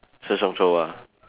Sheng-Siong show ah